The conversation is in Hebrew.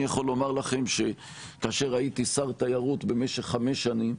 אני יכול לומר לכם שכאשר הייתי שר תיירות במשך חמש שנים,